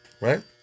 right